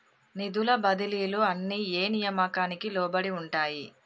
నిధుల బదిలీలు అన్ని ఏ నియామకానికి లోబడి ఉంటాయి?